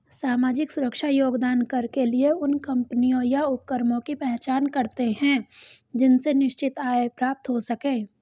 सामाजिक सुरक्षा योगदान कर के लिए उन कम्पनियों या उपक्रमों की पहचान करते हैं जिनसे निश्चित आय प्राप्त हो सके